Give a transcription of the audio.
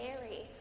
Mary